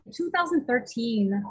2013